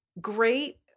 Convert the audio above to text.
great